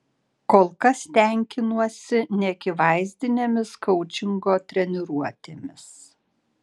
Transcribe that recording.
kol kas tenkinuosi neakivaizdinėmis koučingo treniruotėmis